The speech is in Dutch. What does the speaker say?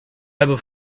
hebben